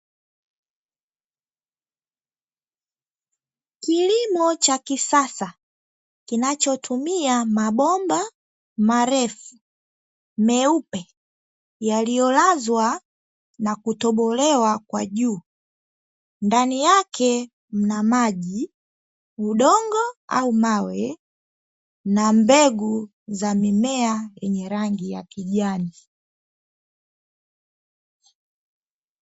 Kilimo cha kisasa kinachotumia mabomba marefu meupe yaliyolazwa na kutobolewa kwa juu ndani yake kuna maji, udongo au mawe na mbegu za mimea ya kijani.